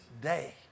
day